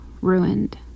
ruined